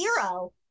zero